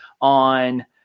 on